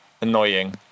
annoying